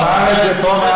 הוא אמר את זה פה,